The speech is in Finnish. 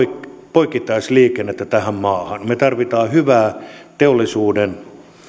poikittaisliikennettä tähän maahan me tarvitsemme hyvää teollisuuden